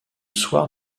soir